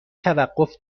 توقف